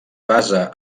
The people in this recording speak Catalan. basa